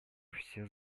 все